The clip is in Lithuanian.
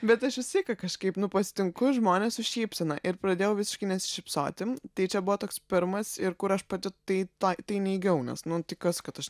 bet aš vistiek kažkaip nu pasitinku žmonės su šypsena ir pradėjau visiškai nesišypsoti tai čia buvo toks pirmas ir kur aš pati tai tą tai neigiau nes nu tai kas kad aš